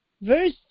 Verse